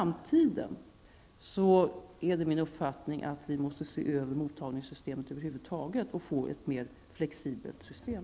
Vidare är det min uppfattning att vi för framtiden måste se över mottagningssystemet över huvud taget och att vi här måste få ett mer flexibelt system.